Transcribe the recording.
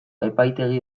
epaitegi